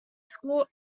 school